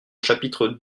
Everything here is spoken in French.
chapitre